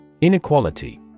Inequality